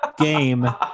game